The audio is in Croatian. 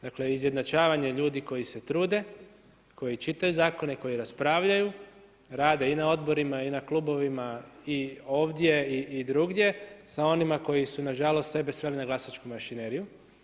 Dakle, izjednačavanje ljudi koji se trude, koji čitaju zakone, koji raspravljaju, rade i na odborima i na klubovima i ovdje i drugdje sa onima koji su na žalost sebe sveli na glasačku mašineriju.